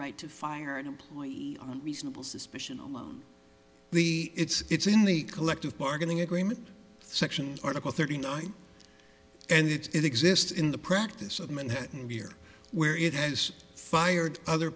right to fire an employee on reasonable suspicion alone the it's in the collective bargaining agreement section article thirty nine and it exists in the practice of minette and here where it has fired other